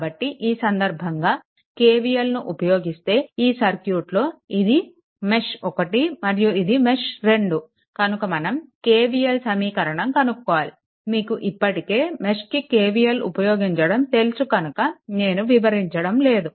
కాబట్టి ఈ సందర్భంగా KVLను ఉపయోగిస్తే ఈ సర్క్యూట్లో ఇది మెష్1 మరియు ఇది మెష్2 కనుక మనం KVL సమీకరణం కనుక్కోవాలి మీకు ఇప్పటికే మెష్కి KVL ఉపయోగించడం తెలుసు కనుక నేను వివరించడం లేదు